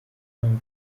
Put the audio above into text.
mpamvu